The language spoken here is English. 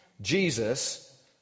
Jesus